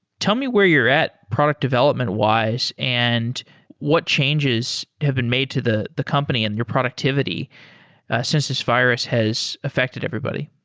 tell me where you're at product development-wise and what changes have been made to the the company and your productivity since this virus has affected everybody?